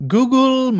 Google